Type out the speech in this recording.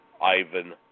Ivan